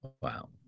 wow